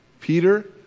Peter